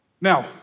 Now